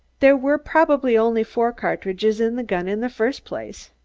there were probably only four cartridges in the gun in the first place.